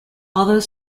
although